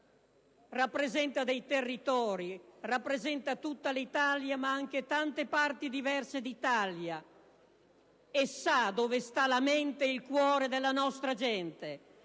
rappresenta dei territori, rappresenta tutta l'Italia, ma anche tante parti diverse d'Italia, e sa dove stanno la mente e il cuore della nostra gente,